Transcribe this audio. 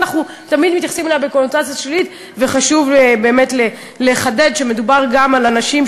חשוב לי באמת להדגיש: